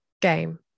game